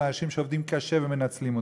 של אנשים שעובדים קשה ומנצלים אותם.